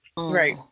Right